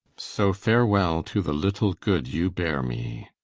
so farewell, to the little good you beare me.